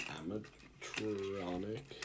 amatronic